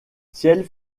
ciel